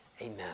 Amen